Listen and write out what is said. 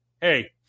hey –